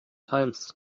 times